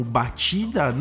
batida